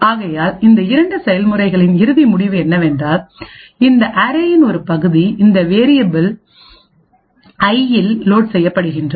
ஆகையால் இந்த இரண்டு செயல்முறைகளின் இறுதி முடிவு என்னவென்றால் இந்த அரேயின் ஒரு பகுதி இந்த வேரியபில் ஐயில் லோட் செய்யப்படுகின்றது